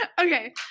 okay